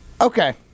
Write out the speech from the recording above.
Okay